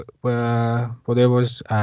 Podemos